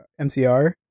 MCR